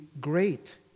great